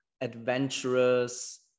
adventurous